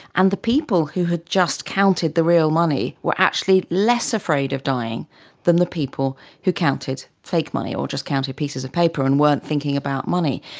and the people who had just counted the real money were actually less afraid of dying than the people who counted fake money or just counted pieces of paper and weren't thinking about money.